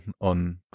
on